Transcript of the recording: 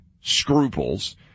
scruples